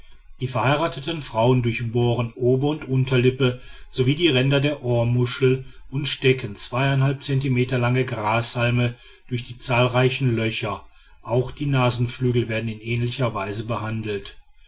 die verheirateten frauen durchbohren ober und unterlippe sowie die ränder der ohrmuschel und stecken zweieinhalb zentimeter lange grashalme durch die zahlreichen löcher auch die nasenflügel werden in ähnlicher weise behandelt